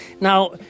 Now